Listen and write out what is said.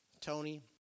Tony